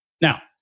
Now